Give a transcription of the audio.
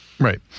Right